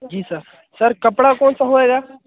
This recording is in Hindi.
जी सर सर कपड़ा कौन सा होएगा